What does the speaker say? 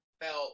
felt